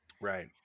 Right